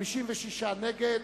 65 נגד.